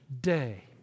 day